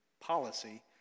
policy